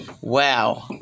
wow